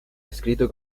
escrito